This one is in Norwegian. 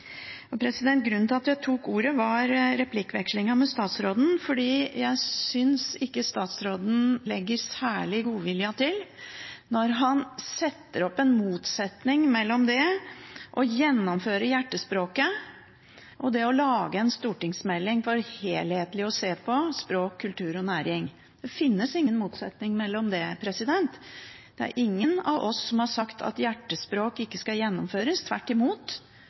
Grunnen til at jeg tok ordet, var replikkvekslingen med statsråden, for jeg synes ikke statsråden legger særlig godvilje til når han setter opp en motsetning mellom det å gjennomføre Hjertespråket og det å lage en stortingsmelding for helhetlig å se på språk, kultur og næring. Det finnes ingen motsetning mellom det – det er ingen av oss som har sagt at Hjertespråket ikke skal gjennomføres. Tvert imot